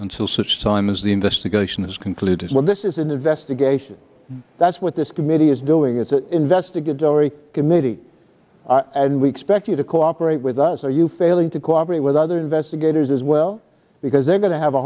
until such time as the investigation is concluded well this is an investigation that's what this committee is doing is that investigatory committee are and we expect you to cooperate with us are you failing to cooperate with other investigators as well because they're going to have a